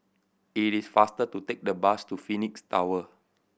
it is faster to take the bus to Phoenix Tower